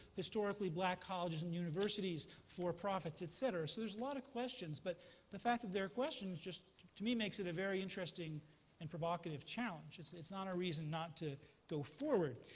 historically black colleges and universities, for profits, et cetera. so there's a lot of questions. but the fact that there are questions just to me makes it a very interesting and provocative challenge. it's it's not a reason not to go forward.